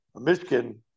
Michigan